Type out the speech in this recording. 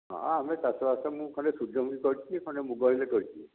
ହଁ ଆମେ ଚାଷବାସ ମୁଁ ଖଣ୍ଡେ ସୂର୍ଯ୍ୟମୁଖୀ କରିଛି ଖଣ୍ଡେ ମୁଗ ଏଇଲେ କରିଛି